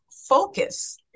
focus